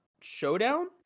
Showdown